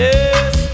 Yes